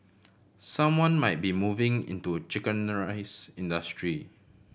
someone might be moving into chicken rice industry